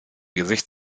gesicht